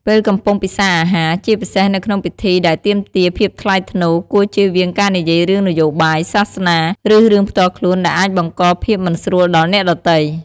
ពេលកំពុងពិសារអាហារ ជាពិសេសនៅក្នុងពិធីដែលទាមទារភាពថ្លៃថ្នូរ គួរជៀសវាងការនិយាយរឿងនយោបាយ សាសនា ឬរឿងផ្ទាល់ខ្លួនដែលអាចបង្កភាពមិនស្រួលដល់អ្នកដទៃ។